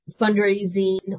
fundraising